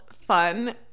fun